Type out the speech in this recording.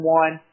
one